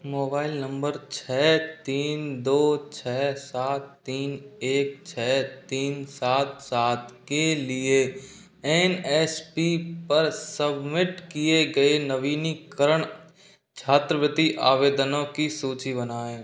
mobile number छह तीन दो छह सात तीन एक छह तीन सात सात के लिए एन एस पी पर सबमिट किए गए नवीनीकरण छात्रवृत्ति आवेदनों की सूची बनाएँ